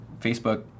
Facebook